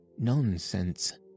Nonsense